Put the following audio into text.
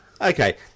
Okay